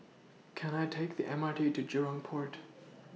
Can I Take The M R T to Jurong Port